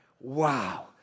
Wow